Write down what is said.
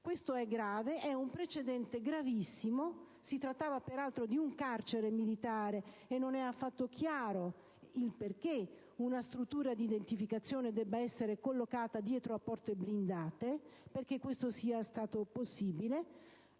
Questo è grave, è un precedente gravissimo. Si tratta peraltro di un carcere militare e non è affatto chiaro per quale motivo una struttura di identificazione debba essere collocata dietro porte blindate e perché questo sia stato possibile.